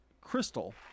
Crystal